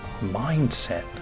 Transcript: Mindset